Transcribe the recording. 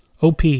OP